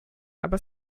aber